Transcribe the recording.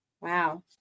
Wow